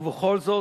ובכל זאת,